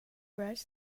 writes